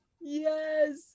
Yes